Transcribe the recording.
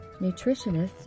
nutritionists